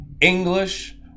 English